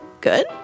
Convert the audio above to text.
good